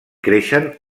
creixen